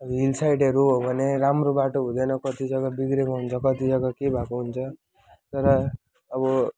अब हिलसाइडहरू हो भने राम्रो बाटो हुँदैन कति जग्गा बिग्रिएको हुन्छ कति जग्गा के भएको हुन्छ तर अब